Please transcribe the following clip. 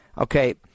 okay